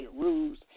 rules